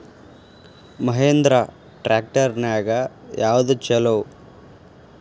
Mahindra tractor ನ್ಯಾಗ ಯಾವ್ದ ಛಲೋ?